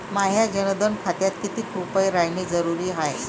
माह्या जनधन खात्यात कितीक रूपे रायने जरुरी हाय?